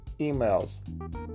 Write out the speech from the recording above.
emails